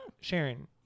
sharon